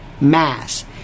mass